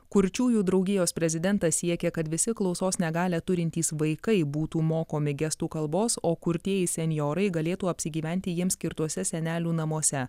kurčiųjų draugijos prezidentas siekia kad visi klausos negalią turintys vaikai būtų mokomi gestų kalbos o kurtieji senjorai galėtų apsigyventi jiems skirtuose senelių namuose